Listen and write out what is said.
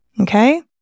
Okay